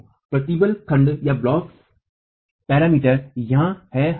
तो प्रतिबल खंडब्लॉक पैरामीटर यहाँ है